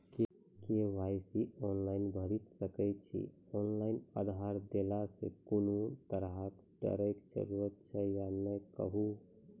KYC online भैरि सकैत छी, ऑनलाइन आधार देलासॅ कुनू तरहक डरैक जरूरत छै या नै कहू?